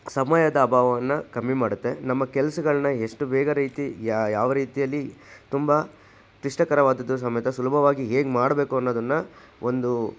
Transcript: ಸಮಯದ ಅಭಾವವನ್ನು ಕಮ್ಮಿ ಮಾಡುತ್ತೆ ನಮ್ಮ ಕೆಲಸಗಳನ್ನ ಎಷ್ಟು ಬೇಗ ರೀತಿ ಯಾ ಯಾವ ರೀತಿಯಲ್ಲಿ ತುಂಬ ಕ್ಲಿಷ್ಟಕರವಾದದ್ದು ಸಮೇತ ಸುಲಭವಾಗಿ ಹೇಗೆ ಮಾಡಬೇಕು ಅನ್ನೋದನ್ನು ಒಂದು